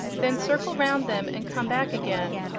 then circle round them and come back again.